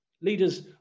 Leaders